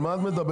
על מה את מדברת?